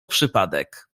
przypadek